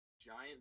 giant